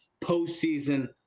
postseason